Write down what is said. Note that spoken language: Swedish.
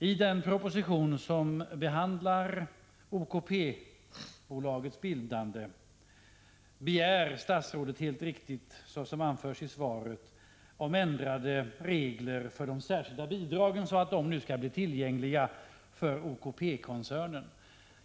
I den proposition där OKP-bolagets bildande behandlas begär statsrådet helt riktigt, som anförs i svaret, ändrade regler för de särskilda bidragen så att de skall bli tillgängliga för OKP-koncernen.